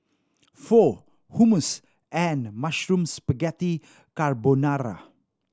Pho Hummus and Mushroom Spaghetti Carbonara